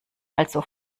also